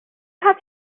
have